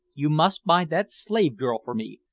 you must buy that slave-girl for me.